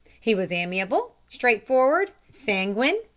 he was amiable, straightforward, sanguine,